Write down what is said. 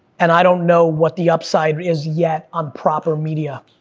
and i don't know what the upside is yet on proper media.